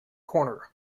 corner